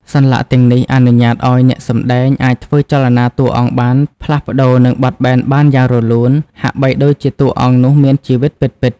សន្លាក់ទាំងនេះអនុញ្ញាតឲ្យអ្នកសម្ដែងអាចធ្វើចលនាតួអង្គបានផ្លាស់ប្ដូរ និងបត់បែនបានយ៉ាងរលូន ហាក់បីដូចជាតួអង្គនោះមានជីវិតពិតៗ។